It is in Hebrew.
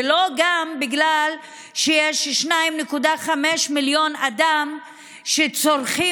וגם לא בגלל שיש 2.5 מיליון בני אדם שצורכים